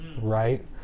right